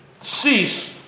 cease